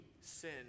sin